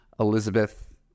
Elizabeth